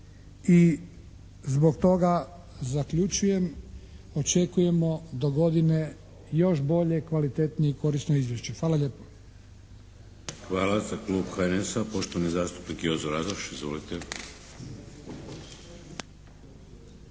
I zbog toga zaključujem, očekujemo dogodine još bolje i kvalitetnije korisno izvješće. Hvala lijepo. **Šeks, Vladimir (HDZ)** Hvala. Za Klub HNS-a, poštovani zastupnik Jozo Radoš. Izvolite.